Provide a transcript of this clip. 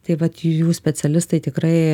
tai vat jų specialistai tikrai